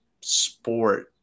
sport